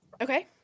Okay